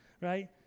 right